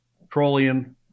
petroleum